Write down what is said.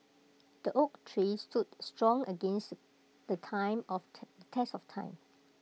the oak tree stood strong against the time of test of time